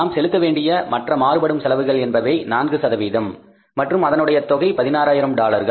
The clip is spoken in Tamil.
நாம் செலுத்த வேண்டிய மற்ற மாறுபடும் செலவுகள் என்பவை 4 மற்றும் அதனுடைய தொகை 16 ஆயிரம் டாலர்கள்